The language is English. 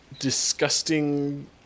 disgusting